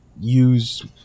use